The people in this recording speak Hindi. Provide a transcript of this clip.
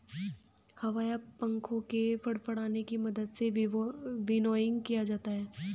हवा या पंखों के फड़फड़ाने की मदद से विनोइंग किया जाता है